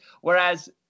Whereas